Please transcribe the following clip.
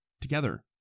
together